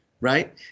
right